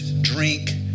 drink